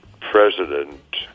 president